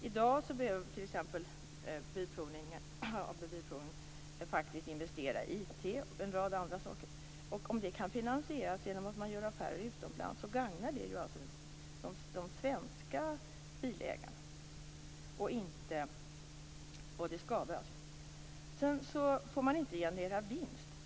I dag behöver t.ex. AB Svensk Bilprovning investera i IT och en rad andra saker. Om det kan finansieras genom att man gör affärer utomlands gagnar det ju de svenska bilägarna, och det skadar alltså inte. I dag får AB Svensk Bilprovning inte generera vinst.